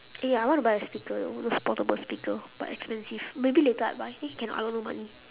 eh ya I want to buy a speaker those portable speaker but expensive maybe later I buy eh cannot I got no money